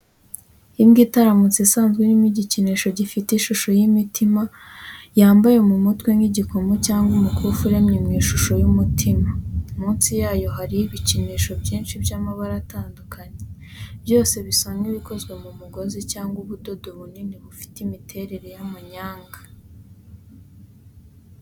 Imbwa itaramutse isanzwe irimo igikinisho gifite ishusho y’imitima cyambaye mu mutwe, nk’igikomo cyangwa umukufi uremye mu ishusho y’umutima munsi yayo hariho ibikinisho byinshi by’amabara atandukanye, byose bisa nk’ibikozwe mu mugozi cyangwa ubudodo bunini bifite imiterere y’amanyanga.